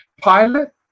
Pilot